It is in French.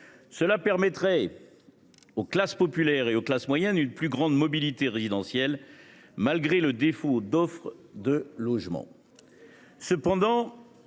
Cela offrirait aux classes populaires et aux classes moyennes une plus grande mobilité résidentielle, malgré le défaut d’offre de logements.